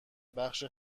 بخش